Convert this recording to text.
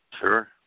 Sure